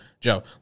Joe